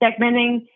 segmenting